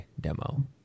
demo